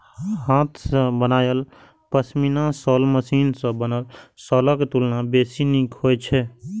हाथ सं बनायल पश्मीना शॉल मशीन सं बनल शॉलक तुलना बेसी नीक होइ छै